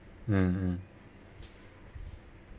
mm mm